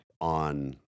on